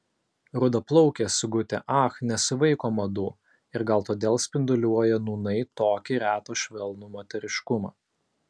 rudaplaukė sigutė ach nesivaiko madų ir gal todėl spinduliuoja nūnai tokį retą švelnų moteriškumą